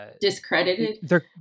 Discredited